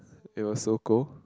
it was Sogou